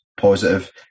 positive